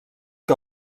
que